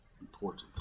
important